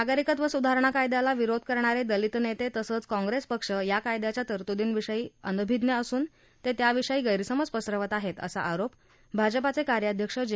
नागरिकत्व सुधारणा कायद्याला विरोध करणारे दलित नेते तसंच काँप्रेस पक्ष या कायद्याच्या तरतुदींविषयी अनभिज्ञ असून ते याविषयी गैरसमज पसरवीत आहेत असा आरोप भाजपाचे कार्याध्यक्ष जे